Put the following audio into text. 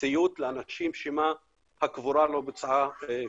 סיוט לאנשים, שמא הקבורה לא בוצעה כהלכה.